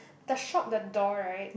the shop the door right